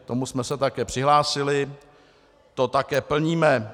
K tomu jsme se také přihlásili, to také plníme.